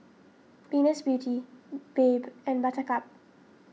Venus Beauty Bebe and Buttercup